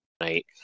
night